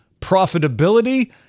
profitability